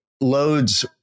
loads